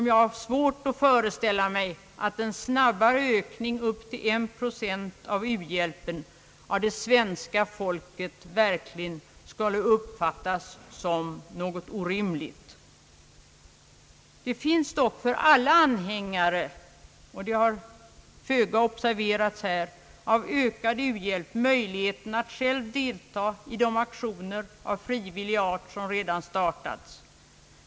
Jag har svårt att föreställa mig att den snabba ökningen upp till en procent av det svenska folket verkligen skulle uppfattas som något orimligt. Det finns dock för alla anhängare av ökad u-hjälp — och det har föga observerats här — möjligheten att själva delta i de aktioner av frivillig art som redan startats.